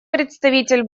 представитель